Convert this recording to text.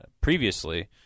previously